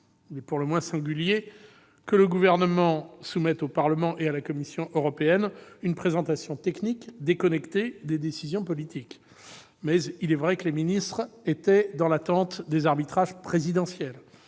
Il est pour le moins singulier que le Gouvernement soumette au Parlement et à la Commission européenne une présentation technique déconnectée des décisions politiques. Mais il est vrai que les ministres étaient dans l'attente des arbitrages présidentiels.